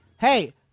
hey